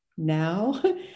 now